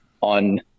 on